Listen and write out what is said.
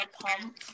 pump